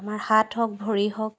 আমাৰ হাত হওক ভৰি হওক